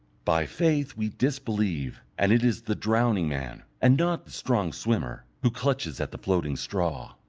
by faith we disbelieve, and it is the drowning man, and not the strong swimmer, who clutches at the floating straw.